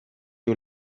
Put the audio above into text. you